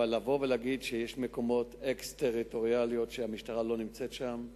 אבל לבוא ולהגיד שיש מקומות אקסטריטוריאליים שהמשטרה לא נמצאת שם,